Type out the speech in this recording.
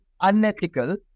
unethical